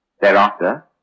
Thereafter